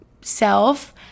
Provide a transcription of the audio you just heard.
self